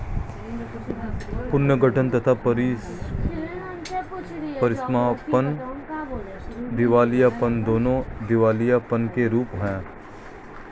पुनर्गठन तथा परीसमापन दिवालियापन, दोनों दिवालियापन के रूप हैं